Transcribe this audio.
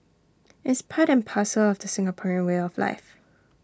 it's part and parcel of the Singaporean way of life